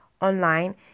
online